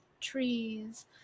trees